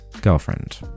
girlfriend